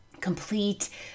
complete